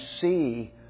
see